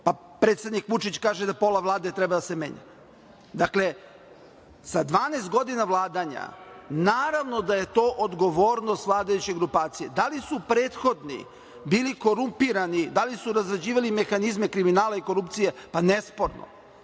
Predsednik Vučić kaže da pola Vlade treba da se menja. Dakle, sa 12 godina vladanja naravno da je to odgovornost vladajuće grupacije. Da li su prethodni bili korumpirani, da li su razrađivali mehanizme kriminala i korupcije? Pa, nesporno.